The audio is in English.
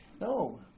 No